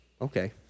Okay